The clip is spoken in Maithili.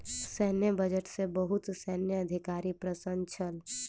सैन्य बजट सॅ बहुत सैन्य अधिकारी प्रसन्न छल